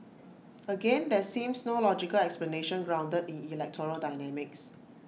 again there seems no logical explanation grounded in electoral dynamics